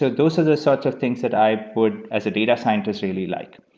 so those are the sorts of things that i would, as a data scientist, really like.